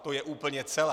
To je úplně celé.